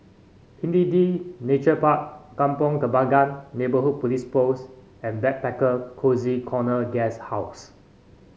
Nature Park Kampong Kembangan Neighbourhood Police Post and Backpacker Cozy Corner Guesthouse